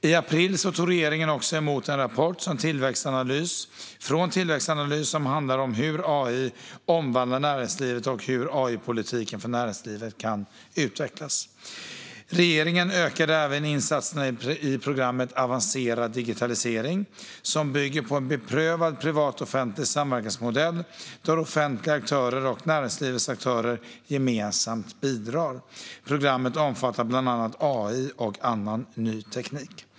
I april tog regeringen också emot en rapport från Tillväxtanalys som handlar om hur AI omvandlar näringslivet och hur AI-politiken för näringslivet kan utvecklas. Regeringen ökade även insatserna i programmet Avancerad digitalisering, som bygger på en beprövad privat-offentlig samverkansmodell där offentliga aktörer och näringslivets aktörer gemensamt bidrar. Programmet omfattar bland annat AI och annan ny teknik.